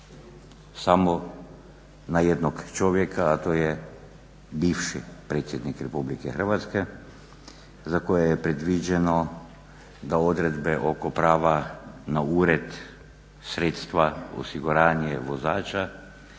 samo na jednog čovjeka, a to je bivši predsjednik RH za koje je predviđeno da odredbe oko prava na ured, sredstva, osiguranje, vozača,